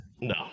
No